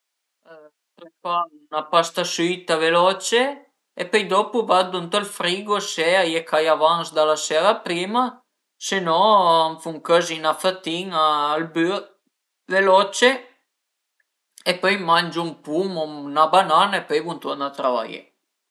Preparu 'na pasta süita veloce e pöi dopu vardu ënt ël frigo se a ie cai avans da la sera prima, se no m'fun cözi 'na fëtin-a al bür veloce e pöi mangiu ün pum o 'na banana e vun turna travaié